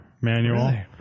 manual